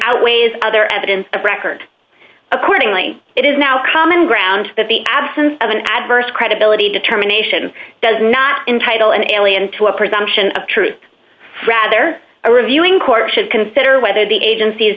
outweighs other evidence of record accordingly it is now common ground that the absence of an adverse credibility determination does not entitle an alien to a presumption of truth rather a reviewing court should consider whether the agency is